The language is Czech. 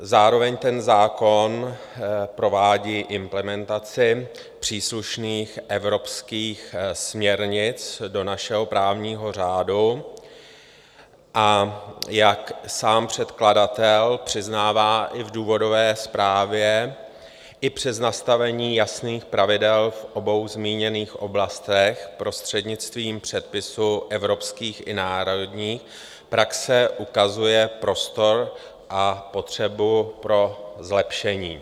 Zároveň ten zákon provádí implementaci příslušných evropských směrnic do našeho právního řádu, a jak sám předkladatel přiznává i v důvodové zprávě, i přes nastavení jasných pravidel v obou zmíněných oblastech prostřednictvím předpisů evropských i národních praxe ukazuje prostor a potřebu pro zlepšení.